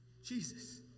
Jesus